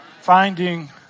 Finding